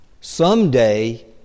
Someday